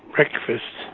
Breakfast